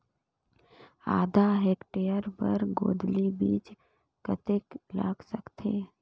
आधा हेक्टेयर बर गोंदली बीच कतेक लाग सकथे?